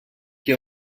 qui